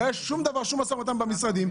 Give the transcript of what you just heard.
לא היה שום משא-ומתן במשרדים,